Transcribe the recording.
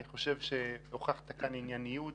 אני חושב שהוכחת כאן ענייניות,